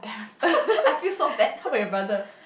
how about your brother